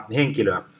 henkilöä